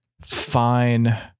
fine